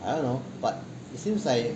I don't know but it seems like